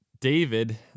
David